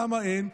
למה אין?